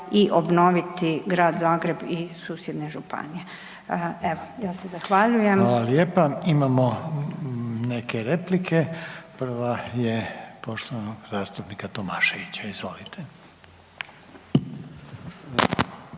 i obnoviti Grad Zagreb i susjedne županije. Zahvaljujem se. **Reiner, Željko (HDZ)** Hvala lijepo. Imamo neke replike, prva je poštovanog zastupnika Tomaševića. Izvolite.